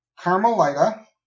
Carmelita